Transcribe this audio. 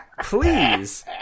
please